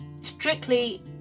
strictly